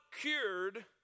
cured